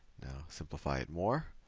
now simplify it more.